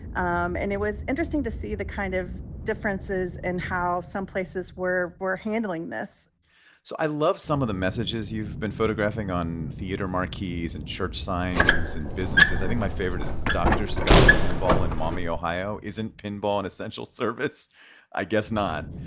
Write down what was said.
um and it was interesting to see the kind of differences in how some places were were handling this so i love some of the messages you've been photographing on theater marquees and church signs and businesses. i think my favorite is dr. scott's pinball in maumee, ohio isn't pinball an essential service i guess not.